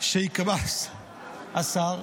שיקבע השר,